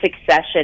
succession